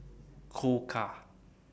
Koka